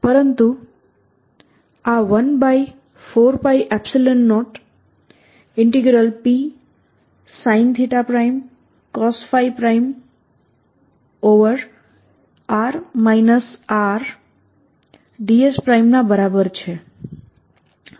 પરંતુ આ 14π0Psincosϕ|r R | ds ના બરાબર છે આ પોટેન્શિયલ છે